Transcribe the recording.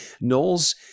Knowles